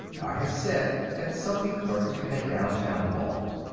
i have said that sophy clerked in a downtown loft.